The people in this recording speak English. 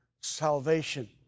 salvation